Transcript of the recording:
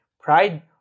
pride